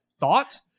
thought